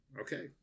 okay